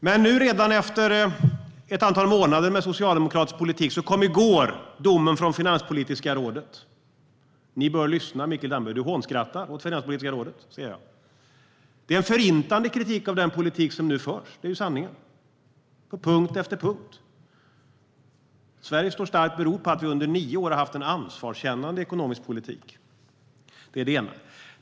Men i går, redan efter ett antal månader med socialdemokratisk politik, kom domen från Finanspolitiska rådet. Ni bör lyssna, Mikael Damberg. Du hånskrattar åt Finanspolitiska rådet, ser jag. Det är en förintande kritik av den politik som nu förs, det är ju sanningen, på punkt efter punkt. Att Sverige står starkt beror på att vi under nio år har haft en ansvarskännande ekonomisk politik. Det är det ena.